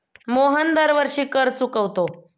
मोहन दरवर्षी कर चुकवतो